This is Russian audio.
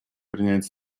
принять